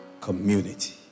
community